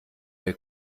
der